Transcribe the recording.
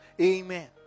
amen